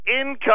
income